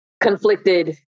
conflicted